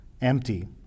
empty